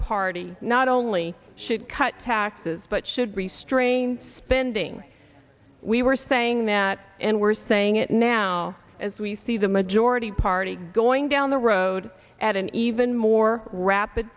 party not only should cut taxes but should restrain pending we were saying that and we're saying it now as we see the majority party going down the road at an even more rapid